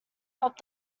helped